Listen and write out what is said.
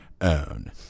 own